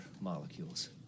molecules